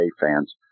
fans